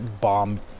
bomb